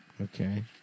Okay